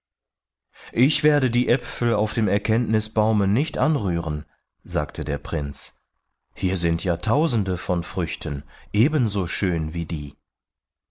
ich werde die äpfel auf dem erkenntnisbaume nicht anrühren sagte der prinz hier sind ja tausende von früchten ebenso schön wie die